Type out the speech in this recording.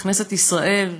בכנסת ישראל,